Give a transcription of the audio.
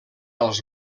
als